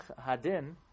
Hadin